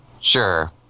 sure